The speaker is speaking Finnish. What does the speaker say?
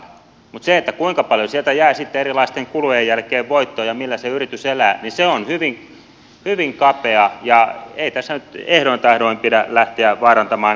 mutta se kuinka paljon sieltä jää sitten erilaisten kulujen jälkeen voittoa ja millä se yritys elää niin se on hyvin kapea ja ei tässä nyt ehdoin tahdoin pidä lähteä vaarantamaan yrittäjyyttä